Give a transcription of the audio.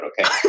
okay